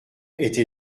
était